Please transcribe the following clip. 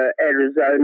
Arizona